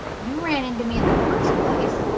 you ran into me in the first place,